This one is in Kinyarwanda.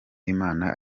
imana